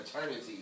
eternity